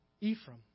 Ephraim